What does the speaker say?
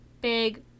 big